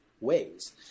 ways